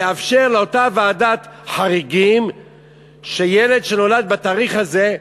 נאפשר לאותה ועדת חריגים לקבוע שילד שנולד בתאריך הזה,